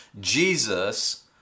Jesus